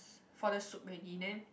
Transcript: for the soup already then